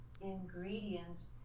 ingredient